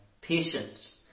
patience